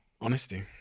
Honesty